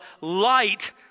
light